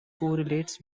correlates